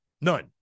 None